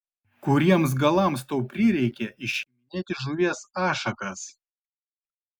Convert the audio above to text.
kuriems galams tau prireikė išiminėti žuvies ašakas